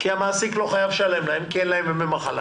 המעסיק לא חייב לשלם להם כי אין להם ימי מחלה,